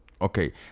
okay